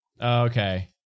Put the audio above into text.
okay